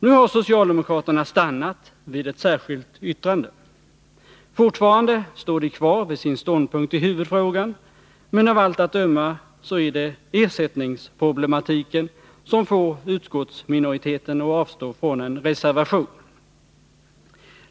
Nu har socialdemokraterna stannat vid ett särskilt yttrande. Fortfarande står de kvar vid sin ståndpunkt i huvudfrågan, men av allt att döma är det ersättningsproblematiken som får utskottsminoriteten att avstå från en reservation.